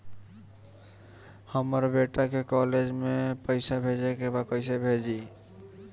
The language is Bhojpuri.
हमर बेटा के कॉलेज में पैसा भेजे के बा कइसे भेजी?